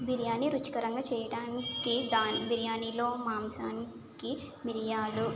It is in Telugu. బిరియాని రుచికరంగా చేయడానికి బిర్యానీలో మాంసానికి మిరియాలు